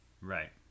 Right